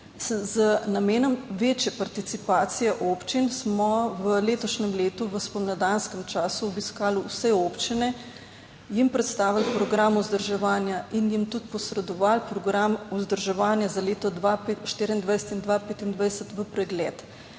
Z namenom večje participacije občin smo v letošnjem letu v spomladanskem času obiskali vse občine. Jim predstavili program vzdrževanja in jim tudi posredovali program vzdrževanja za leto 2024 in 2025 v pregled